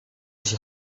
się